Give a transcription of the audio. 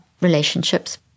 relationships